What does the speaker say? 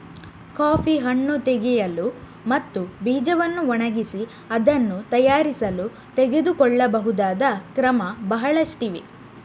coffee ಹಣ್ಣು ತೆಗೆಯಲು ಮತ್ತು ಬೀಜವನ್ನು ಒಣಗಿಸಿ ಅದನ್ನು ತಯಾರಿಸಲು ತೆಗೆದುಕೊಳ್ಳಬಹುದಾದ ಕ್ರಮ ಬಹಳಷ್ಟಿವೆ